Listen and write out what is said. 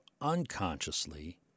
unconsciously